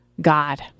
God